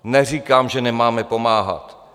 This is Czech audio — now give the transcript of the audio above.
Neříkám, že nemáme pomáhat.